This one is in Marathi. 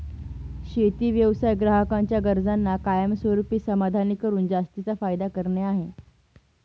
शेती व्यवसाय ग्राहकांच्या गरजांना कायमस्वरूपी समाधानी करून जास्तीचा फायदा करणे आहे